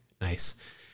Nice